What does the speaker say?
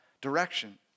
direction